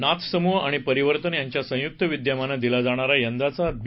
नाथ समूह आणि परिवर्तन यांच्या संयुक्त विद्यमाने दिला जाणारा यंदाचा बी